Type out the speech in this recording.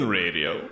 radio